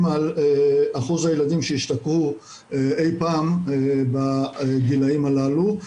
על אחוז הילדים שהשתכרו אי פעם בגילאים הללו.